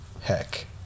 heck